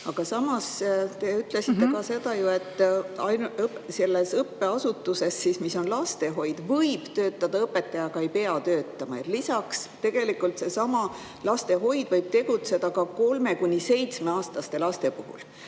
Samas, te ütlesite, et selles õppeasutuses, mis on lastehoid, võib töötada õpetaja, aga ei pea töötama. Lisaks, seesama lastehoid võib tegutseda ka kolme‑ kuni seitsmeaastaste laste puhul.